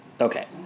Okay